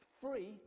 free